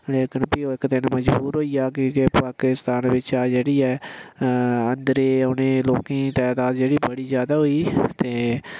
लेकिन फ्ही ओह् फ्ही इक दिन मजबूर होई गेआ की जे पाकिस्तान बिचा जेह्ड़ी ऐ अंदरे औने दी लोकें दी तदाद जेह्ड़ी ओह् बड़ी जैदा होई ते